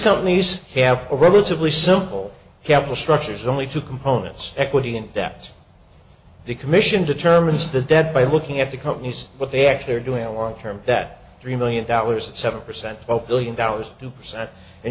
companies have a relatively simple capital structure is only two components equity and debt the commission determines the debt by looking at the companies what they actually are doing a long term that three million dollars seven percent of billion dollars two percent and